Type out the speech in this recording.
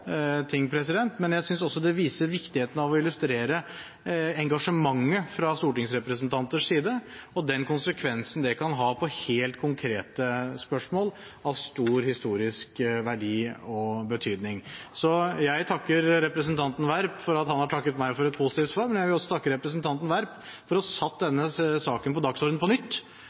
ting, men jeg synes også det viser viktigheten av å illustrere engasjementet fra stortingsrepresentanters side, og den konsekvensen det kan ha for helt konkrete spørsmål av stor historisk verdi og betydning. Så jeg takker representanten Werp for at han har takket meg for et positivt svar, men jeg vil også takke representanten Werp for å ha satt denne saken på dagsordenen på nytt.